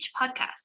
Podcast